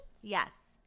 Yes